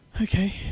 Okay